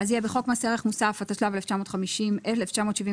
4,000 שקלים בכל חודש.